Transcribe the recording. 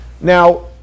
Now